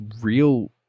real